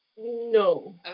No